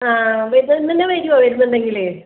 ആ വരുന്നത് ഇന്നന്നെ വരുമോ വരുന്നുണ്ടെങ്കില്